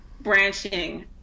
branching